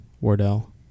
Wardell